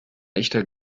echter